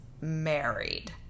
married